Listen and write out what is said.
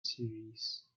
series